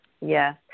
Yes